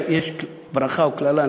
יש ברכה או קללה,